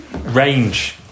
range